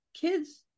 kids